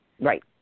right